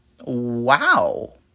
Wow